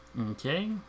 okay